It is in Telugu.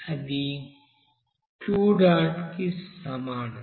అది కి సమానం